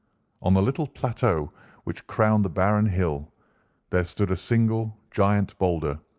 on the little plateau which crowned the barren hill there stood a single giant boulder,